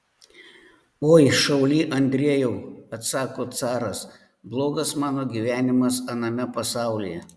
oi šauly andrejau atsako caras blogas mano gyvenimas aname pasaulyje